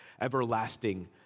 everlasting